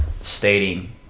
stating